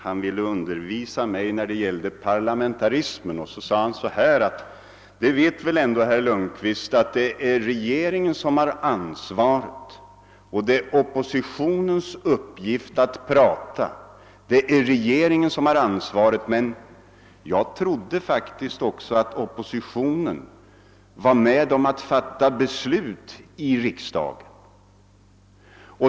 Han ville undervisa mig om parlamentarismen och sade att jag väl ändå måste känna till att det är regeringen som har ansvaret och att det är oppositionens uppgift att prata. Ja, det är regeringen som har ansvaret, men jag trodde faktiskt att också oppositionen var med om att fatta beslut i riksdagen.